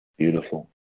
Beautiful